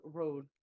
road